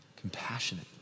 compassionate